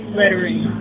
lettering